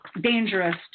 dangerous